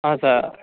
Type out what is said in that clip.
हजुर